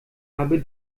habe